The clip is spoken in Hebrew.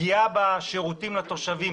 פגיעה בשירותים לתושבים,